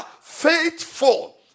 Faithful